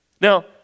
Now